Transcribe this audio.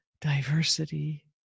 diversity